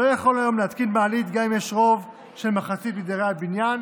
לא יכול היום להתקין מעלית גם אם יש רוב של מחצית מדיירי הבניין,